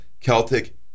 Celtic